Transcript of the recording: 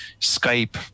Skype